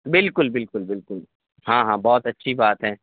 بالکل بالکل بالکل ہاں ہاں بہت اچھی بات ہے